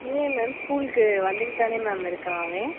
இல்லையே மேம் ஸ்கூலுக்கு வந்துக்கிட்டு தானே மேம் இருக்கான் அவன்